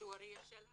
מההיסטוריה של העם,